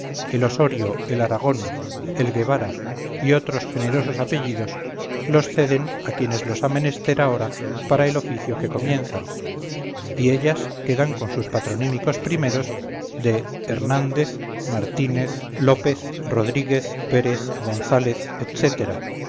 el osorio el aragón el guevara y otros generosos apellidos los ceden a quien los ha menester ahora para el oficio que comienza y ellas quedan con sus patronímicos primeros de hernández martínez lópez rodríguez pérez gonzález etcétera